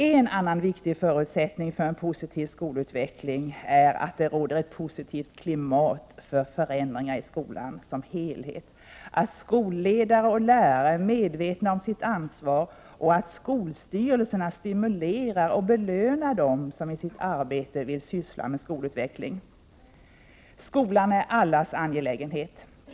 En annan viktig förutsättning för en positiv skolutveckling är att det råder ett positivt klimat för förändringar i skolan som helhet, att skolledare och lärare är medvetna om sitt ansvar och att skolstyrelserna stimulerar och belönar den som i sitt arbete vill syssla med skolutveckling. Skolan är allas angelägenhet.